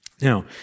Now